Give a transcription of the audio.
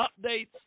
updates